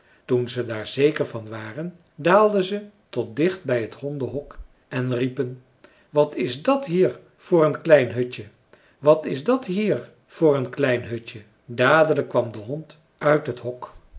toen ze daar zeker van waren daalden ze tot dicht bij het hondenhok en riepen wat is dat hier voor een klein hutje wat is dat hier voor een klein hutje dadelijk kwam de hond uit het hok